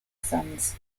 sons